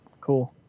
Cool